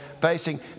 facing